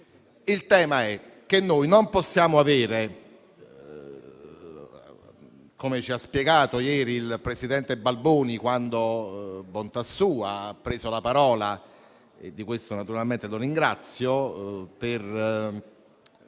il tema è che noi non possiamo avere, come ci ha spiegato ieri il presidente Balboni quando - bontà sua, e di questo naturalmente lo ringrazio -